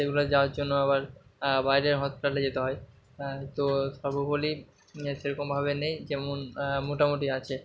সেগুলো যাওয়ার জন্য আবার বাইরের হসপিটালে যেতে হয় তো সেরকমভাবে নেই যেমন মোটামুটি আছে